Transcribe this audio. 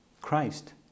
Christ